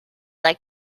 like